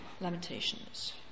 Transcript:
Lamentations